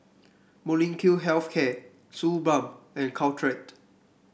Molnylcke Health Care Suu Balm and Caltrate